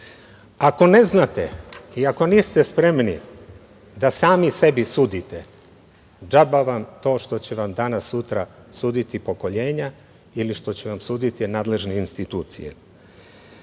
ne znate i ako niste spremni da sami sebi sudite, džaba vam to što će vam danas-sutra suditi pokoljenja ili što će vam suditi nadležne institucije.